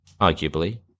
arguably